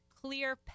Clear